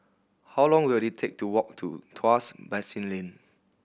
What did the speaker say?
how long will it take to walk to Tuas Basin Lane